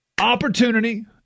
Opportunity